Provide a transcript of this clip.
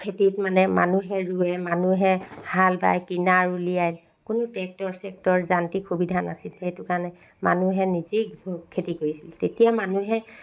খেতিত মানে মানুহে ৰুৱে মানুহে হাল বায় কিনাৰ উলিয়ায় কোনো ট্ৰেক্টৰ চেক্টৰ যান্ত্ৰিক সুবিধা নাছিল সেইটো কাৰণে মানুহে নিজেই খেতি কৰিছিল তেতিয়া মানুহে